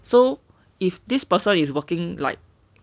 so if this person is working like